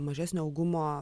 mažesnio augumo